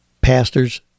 pastors